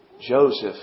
Joseph